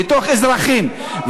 לתוך אזרחים,